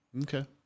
Okay